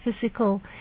physical